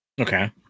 Okay